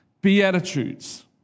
beatitudes